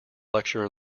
lecture